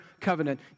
covenant